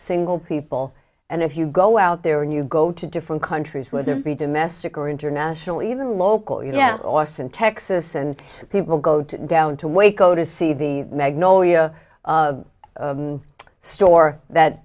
single people and if you go out there and you go to different countries where there be domestic or international even local you know austin texas and people go to down to waco to see the magnolia store that